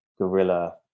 guerrilla